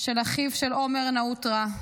של אחיו של עומר נאוטרה,